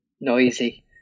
noisy